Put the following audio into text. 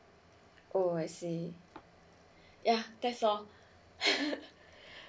oh I see yeah that's all